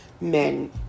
men